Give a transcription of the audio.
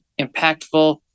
impactful